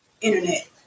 internet